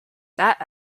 that